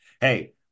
Hey